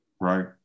Right